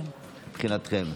תודה לך.